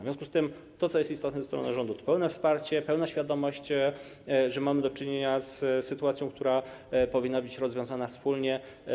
W związku z tym to, co jest istotne ze strony rządu, to pełne wsparcie, pełna świadomość, że mamy do czynienia z sytuacją, która powinna być rozwiązana wspólnie.